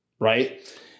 right